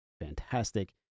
fantastic